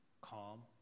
Calm